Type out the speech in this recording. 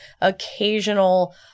occasional